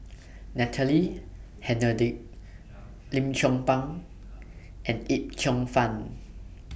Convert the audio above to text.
Natalie Hennedige Lim Chong Pang and Yip Cheong Fun